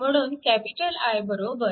म्हणून हा I बरोबर